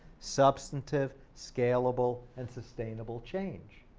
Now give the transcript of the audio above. substantive, scalable, and sustainable change.